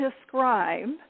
describe